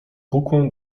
kukłę